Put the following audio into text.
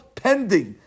pending